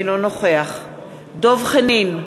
אינו נוכח דב חנין,